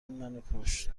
منوکشت